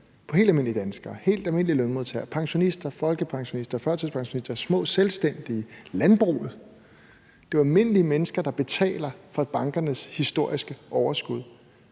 på helt almindelige danskere, helt almindelige lønmodtagere, pensionister, folkepensionister, førtidspensionister, små selvstændige – landbruget. Det er jo almindelige mennesker, der betaler for bankernes historiske overskud.